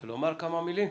רוצה לומר כמה מילים?